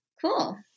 cool